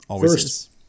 First